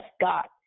God